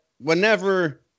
whenever